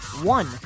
one